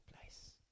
place